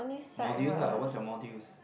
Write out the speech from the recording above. modules ah what's your modules